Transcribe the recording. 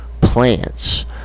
plants